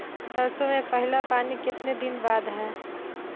सरसों में पहला पानी कितने दिन बाद है?